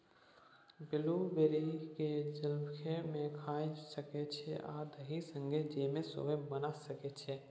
blueberry केँ जलखै मे खाए सकै छी आ दही संगै जैम सेहो बना सकै छी